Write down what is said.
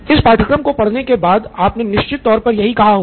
इस पाठ्क्रम को पढ़ने के बाद आपने निश्चित तौर पर यही कहा होता